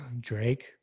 Drake